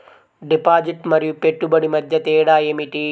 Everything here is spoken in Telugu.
డిపాజిట్ మరియు పెట్టుబడి మధ్య తేడా ఏమిటి?